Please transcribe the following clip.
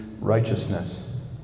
righteousness